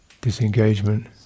disengagement